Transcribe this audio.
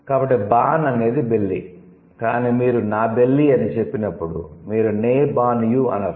కాబట్టి 'బాన్' అనేది 'బెల్లీ' కానీ మీరు 'నా బెల్లీ' అని చెప్పినప్పుడు మీరు 'నే బాన్ యు' అనరు